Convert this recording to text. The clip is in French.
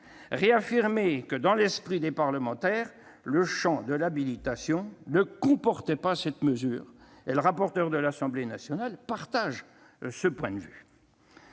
réaffirmer que, dans l'esprit des parlementaires, le champ de l'habilitation ne comportait pas cette mesure. Le rapporteur de l'Assemblée nationale partage ce point de vue.